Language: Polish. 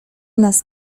nas